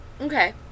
Okay